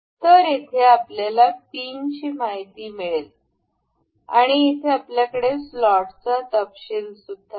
तर येथे आपल्यास पिनची माहिती मिळेल आणि येथे आपल्याकडे स्लॉटचा तपशील सुद्धा आहे